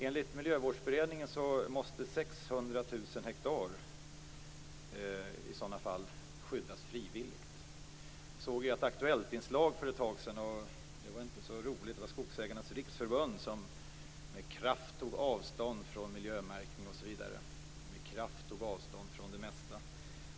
Enligt Miljövårdsberedningen måste 600 000 hektar i sådan fall skyddas frivilligt. Jag såg ett Aktuelltinslag för ett tag sedan. Det var inte så roligt. Det var Skogsägarnas riksförbund som med kraft tog avstånd från miljömärkning osv. Med kraft tog de avstånd från det mesta.